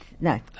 no